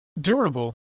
durable